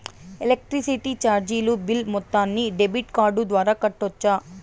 Electricity చార్జీలు bill మొత్తాన్ని debit card ద్వారా కట్టొచ్చా?